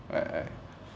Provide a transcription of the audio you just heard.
I I